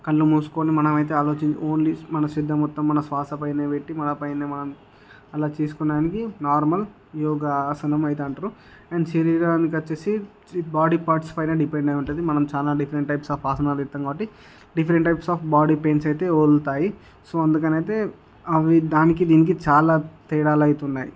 కళ్ళు మూసుకొని మనం అయితే ఆలోచించి ఓన్లీ మన సిద్ధం మొత్తం మన శ్వాస పైన పెట్టి మనపైన మనం అలా చేసుకోవడానికి నార్మల్ యోగ ఆసనం అయితే అంటారు అండ్ శరీరానికి వచ్చి ఈ బాడీ పార్ట్స్ పైన అయితే డిపెండ్ అయి ఉంటుంది మనం చాలా డిఫరెంట్ టైప్స్ ఆఫ్ ఆసనాలు వేస్తాం కాబట్టి different types of body pains అయితే వదులుతాయి సో అందుకని అయితే అవి దానికి దీనికి చాలా తేడాలు అయితే ఉన్నాయి